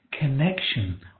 connection